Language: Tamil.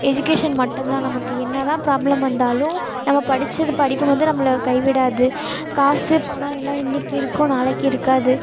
எஜுகேஷன் மட்டுந்தான் நமக்கு என்ன தான் ப்ராப்ளம் வந்தாலும் நம்ம படித்தது படிப்பு வந்து நம்மளை கை விடாது காசு பணம் எல்லாம் இன்னைக்கு இருக்கும் நாளைக்கு இருக்காது